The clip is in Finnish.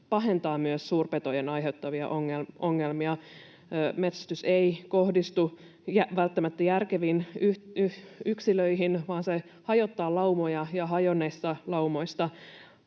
pahentaa myös suurpetojen aiheuttamia ongelmia. Metsästys ei kohdistu välttämättä järkeviin yksilöihin, vaan se hajottaa laumoja, ja hajonneista laumoista